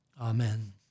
Amen